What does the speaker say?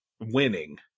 winning